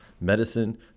medicine